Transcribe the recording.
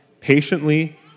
patiently